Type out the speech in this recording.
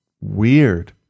weird